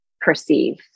perceive